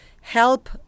help